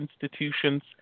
institutions